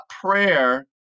prayer